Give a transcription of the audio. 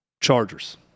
Chargers